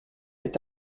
est